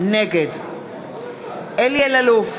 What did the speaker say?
נגד אלי אלאלוף,